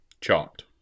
chopped